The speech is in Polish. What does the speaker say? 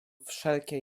wszelkie